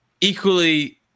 equally